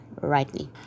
rightly